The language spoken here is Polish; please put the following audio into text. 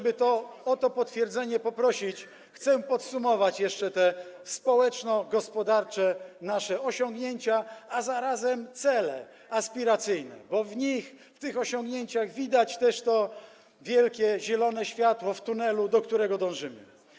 Aby o to potwierdzenie poprosić, chcę jeszcze podsumować te nasze społeczno-gospodarcze osiągnięcia, zarazem cele aspiracyjne, bo w nich, w tych osiągnięciach widać też to wielkie zielone światło w tunelu, do którego dążymy.